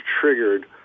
triggered